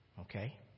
Okay